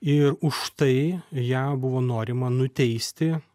ir už tai ją buvo norima nuteisti